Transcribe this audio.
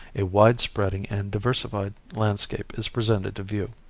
a wide spreading and diversified landscape is presented to view.